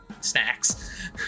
snacks